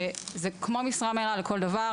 וזה כמו משרה מלאה לכל דבר.